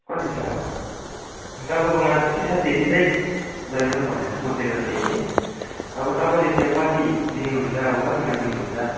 कति छ अब तपाईँकोमा जति छ त्यति चाहिँ लैजाउँ भनेर सोचेको थिएँ कि अब तपाईँले त्यो कति दिनुहुन्छ कतिमा दिनुहुन्छ